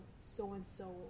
so-and-so